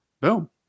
boom